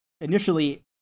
initially